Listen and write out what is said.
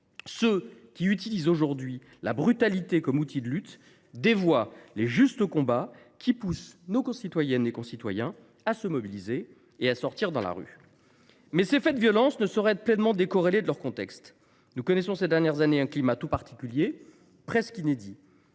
Ceux qui utilisent aujourd’hui la brutalité comme outil de lutte dévoient les justes combats qui poussent nos concitoyennes et concitoyens à se mobiliser et à sortir dans la rue. Toutefois, ces faits de violences ne sauraient être pleinement décorrélés de leur contexte. Nous connaissons depuis quelques années un climat particulier, presque inédit.